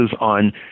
on